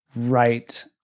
right